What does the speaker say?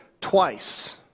twice